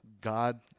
god